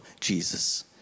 Jesus